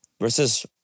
Versus